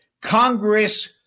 Congress